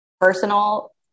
personal